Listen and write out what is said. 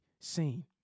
seen